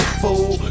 fool